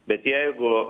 bet jeigu